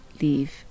leave